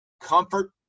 comfort